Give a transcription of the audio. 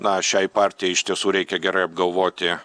na šiai partijai iš tiesų reikia gerai apgalvoti